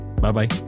bye-bye